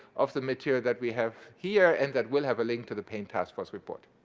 of the material that we have here, and that will have a link to the paint task force report.